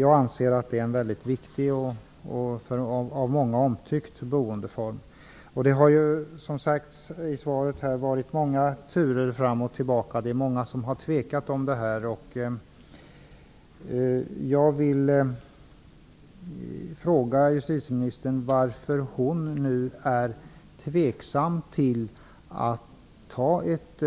Jag anser nämligen att det här är en väldigt viktig boendeform som är omtyckt av många. Som sägs i svaret har det varit många turer fram och tillbaka. Många har tvekat. Jag vill fråga justitieministern varför hon nu är tveksam till att fatta ett